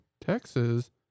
Texas